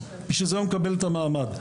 בשביל זה הוא מקבל את המעמד.